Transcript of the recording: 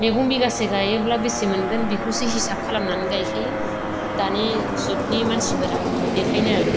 मैगं बिगासे गायोब्ला बेसे मोनगोन बेखौसो हिसाब खालामनानै गायखायो दानि जुगनि मानसिफोरा बेनिखायनो